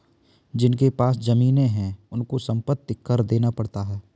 जिनके पास जमीने हैं उनको संपत्ति कर देना पड़ता है